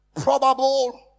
probable